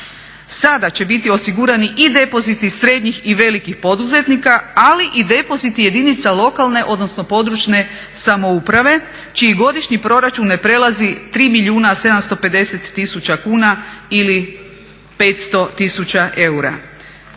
Sada će biti osigurani i depoziti srednjih i velikih poduzetnika, ali i depoziti jedinica lokalne odnosno područne samouprave čiji godišnji proračun ne prelazi 3 milijuna 750 tisuća